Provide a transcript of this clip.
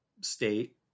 state